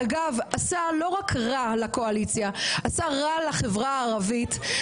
שאגב עשה רע לא רק לקואליציה אלא גם לחברה הערבית.